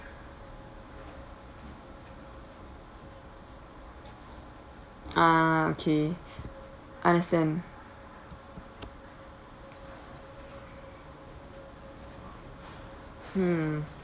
ah okay understand mm